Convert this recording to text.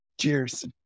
cheers